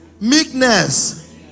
meekness